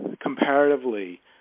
comparatively